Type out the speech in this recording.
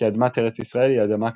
כי אדמת ארץ ישראל היא "אדמה קדושה"